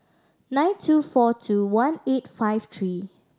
nine two four two one eight five three